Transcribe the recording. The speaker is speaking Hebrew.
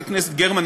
חברת הכנסת גרמן,